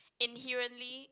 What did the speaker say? inherently